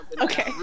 Okay